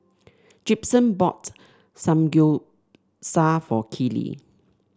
Gibson bought Samgeyopsal for Keely